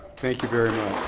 thank you very